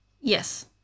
Yes